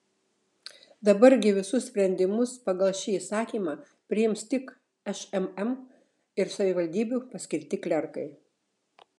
dabar gi visus sprendimus pagal šį įsakymą priims tik šmm ir savivaldybių paskirti klerkai